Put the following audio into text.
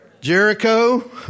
Jericho